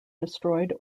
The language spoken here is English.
destroyed